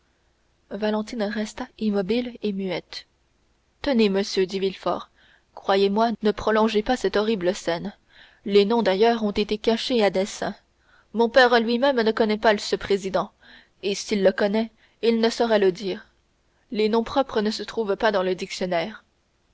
valentine resta immobile et muette tenez monsieur dit villefort croyez-moi ne prolongez pas cette horrible scène les noms d'ailleurs ont été cachés à dessein mon père lui-même ne connaît pas ce président et s'il le connaît il ne saurait le dire les noms propres ne se trouvent pas dans le dictionnaire